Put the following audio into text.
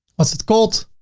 what's it called?